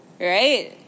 right